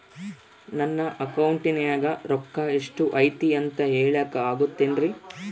ನನ್ನ ಅಕೌಂಟಿನ್ಯಾಗ ರೊಕ್ಕ ಎಷ್ಟು ಐತಿ ಅಂತ ಹೇಳಕ ಆಗುತ್ತೆನ್ರಿ?